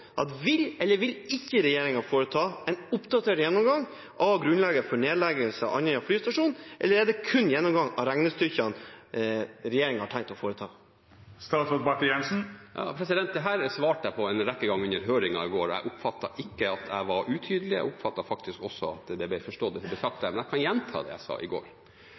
en gjennomgang av regnestykkene som regjeringen har tenkt å foreta? Dette svarte jeg på en rekke ganger under høringen i går, og jeg oppfattet ikke at jeg var utydelig. Jeg oppfattet også at det jeg sa, faktisk ble forstått. Men jeg kan gjenta det jeg sa i går: